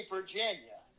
Virginia